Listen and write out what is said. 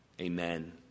Amen